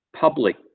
public